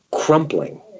crumpling